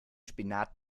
spinat